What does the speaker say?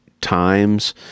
times